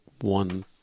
one